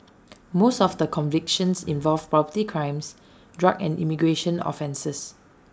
most of the convictions involved property crimes drug and immigration offences